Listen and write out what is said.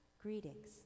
greetings